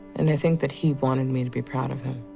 and i think that he wanted me to be proud of him.